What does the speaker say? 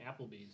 Applebee's